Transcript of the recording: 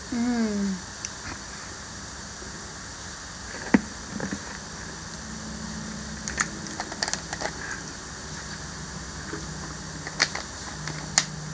mmhmm